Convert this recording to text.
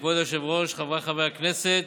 כבוד היושב-ראש, חבריי חברי הכנסת,